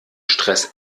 stress